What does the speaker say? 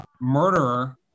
Murderer